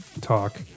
talk